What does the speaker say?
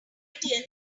ideal